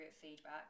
feedback